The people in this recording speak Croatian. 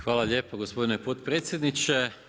Hvala lijepa gospodine potpredsjedniče.